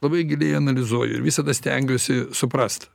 labai giliai analizuoju ir visada stengiuosi suprast